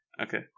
Okay